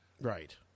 right